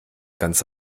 ganz